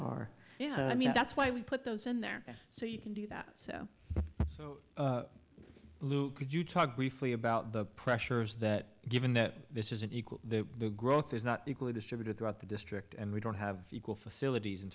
mean that's why we put those in there so you can do that so lou could you talk briefly about the pressures that given that this isn't equal that the growth is not equally distributed throughout the district and we don't have equal facilities in